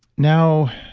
now,